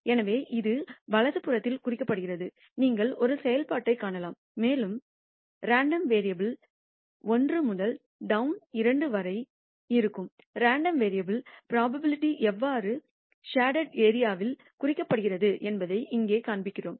எனவே இது வலது புறத்தில் குறிக்கப்படுகிறது நீங்கள் ஒரு செயல்பாட்டைக் காணலாம் மேலும் ரேண்டம் வேரியபுல் 1 முதல் டவுன் 2 வரை இருக்கும் ரேண்டம் வேரியபுல் புரோபாபிலிடி எவ்வாறு ஷாட்டேட் ஏரியாவில் குறிக்கப்படுகிறது என்பதை இங்கே காண்பிக்கிறோம்